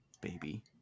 Baby